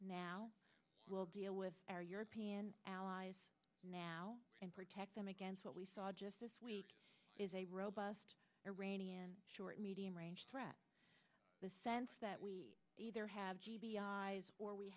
now we'll deal with our european allies now and protect them against what we saw just this week is a robust iranian short medium range threat the sense that we either have